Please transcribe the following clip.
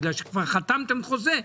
בגלל שכבר חתמתם חוזה,